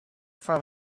from